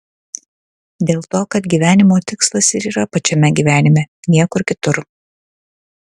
dėl to kad gyvenimo tikslas ir yra pačiame gyvenime niekur kitur